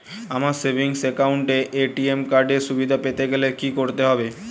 আমার savings account এ ATM card এর সুবিধা পেতে গেলে কি করতে হবে?